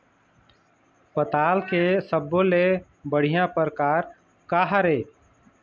पताल के सब्बो ले बढ़िया परकार काहर ए?